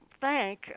thank